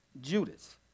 Judas